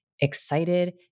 excited